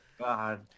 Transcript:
God